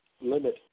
limit